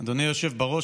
אדוני היושב-ראש,